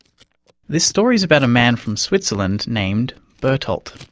this story is about a man from switzerland, named bertolt.